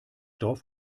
dorf